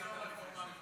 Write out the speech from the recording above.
יש יבגני סובה לפני זה.